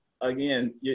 again